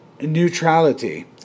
neutrality